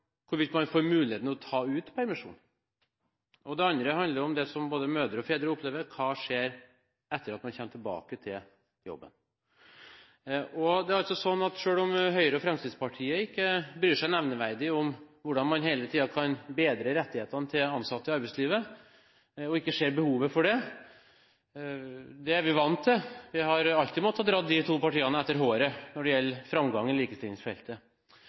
hvorvidt man får mulighet til å ta ut permisjon, og det andre handler om det som både mødre og fedre opplever: Hva skjer etter at man kommer tilbake til jobben etter en permisjon? Selv om Høyre og Fremskrittspartiet ikke bryr seg nevneverdig om hvordan man hele tiden kan bedre rettighetene til de ansatte i arbeidslivet og ikke ser behovet for det– det er vi vant til, for vi har alltid måttet dra de to partiene etter håret når det gjelder framgang på likestillingsfeltet